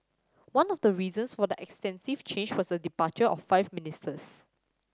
one of the reasons for the extensive change was the departure of five ministers